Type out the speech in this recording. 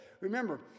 Remember